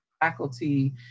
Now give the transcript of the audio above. faculty